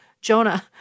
Jonah